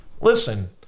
listen